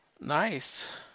Nice